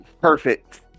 perfect